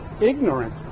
ignorant